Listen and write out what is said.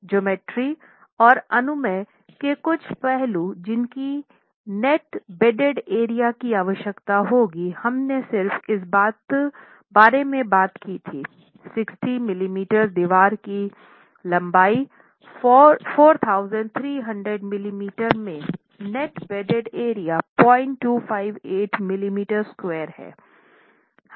geometry और अनुमेय तनाव के कुछ पहलू जिसकी नेट बेडेड एरिया की आवश्यकता होगी हमने सिर्फ इस बारे में बात की थी 60 मिलीमीटर दीवार की लंबाई 4300 मिलीमीटर में नेट बेडेड एरिया 0258 मिमी 2 हैं